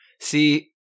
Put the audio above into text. See